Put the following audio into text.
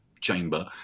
chamber